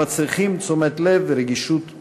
המצריכים תשומת לב ורגישות מיוחדות.